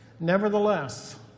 Nevertheless